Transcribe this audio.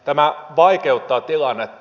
tämä vaikeuttaa tilannetta